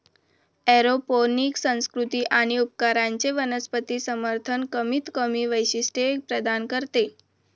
aeroponic संस्कृती आणि उपकरणांचे वनस्पती समर्थन कमीतकमी वैशिष्ट्ये प्रदान करते